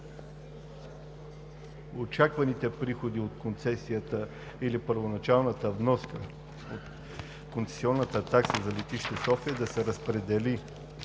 очакваните приходи от концесията или първоначалната вноска от концесионната такса за летище София да се разпредели